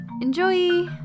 Enjoy